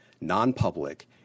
non-public